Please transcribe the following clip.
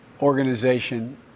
organization